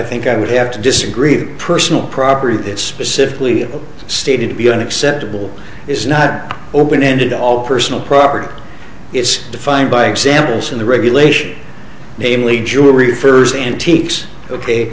think i would have to disagree personal property that specifically stated to be an acceptable it's not open ended all personal property it's defined by examples in the regulations namely jewelry first antiques ok